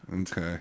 Okay